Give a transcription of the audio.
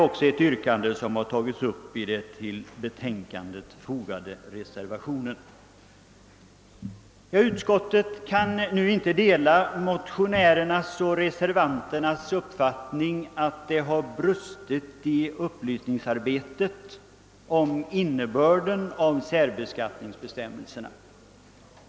Detta yrkande tas även upp i den till betänkandet fogade reservationen. Utskottet kan inte dela motionärernas och reservanternas uppfattning att det har brustit i upplysningarbetet om innebörden av särbeskattningsbestämmelserna.